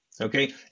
Okay